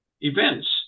events